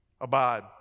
abide